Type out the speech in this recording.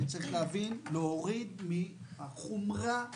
אני מזמין את חברי הוועדה.